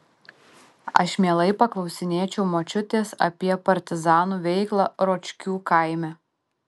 aš mielai paklausinėčiau močiutės apie partizanų veiklą ročkių kaime